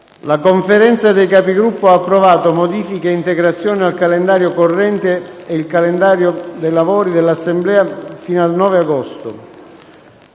La Conferenza dei Capigruppo ha approvato modifiche e integrazioni al calendario corrente e il calendario dei lavori dell’Assemblea fino al 9 agosto.